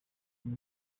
uyu